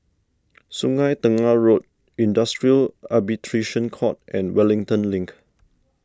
Sungei Tengah Road Industrial Arbitration Court and Wellington Link